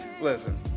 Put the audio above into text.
Listen